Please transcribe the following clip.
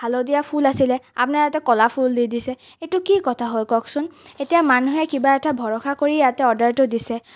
হালধীয়া ফুল আছিলে আপোনালোকে ইয়াতে ক'লা ফুল দি দিছে এইটো কি কথা হয় কওকচোন এতিয়া মানুহে কিবা এটা ভৰসা কৰিয়েই ইয়াতে অৰ্ডাৰটো দিছে